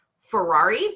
Ferrari